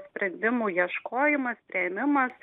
sprendimų ieškojimas priėmimas